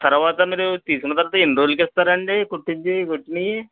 తర్వాత మీరు తీసుకున్న తర్వాత ఎన్ని రోజులకి ఇస్తారండి కుట్టించి కుట్టినవీ